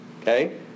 okay